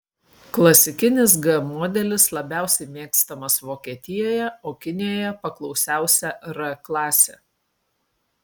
klasikinis g modelis labiausiai mėgstamas vokietijoje o kinijoje paklausiausia r klasė